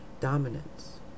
dominance